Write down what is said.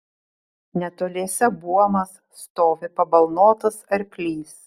netoliese buomas stovi pabalnotas arklys